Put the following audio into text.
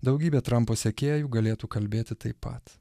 daugybė trampo sekėjų galėtų kalbėti taip pat